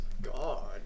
God